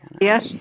Yes